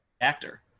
actor